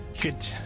Good